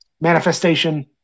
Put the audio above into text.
manifestation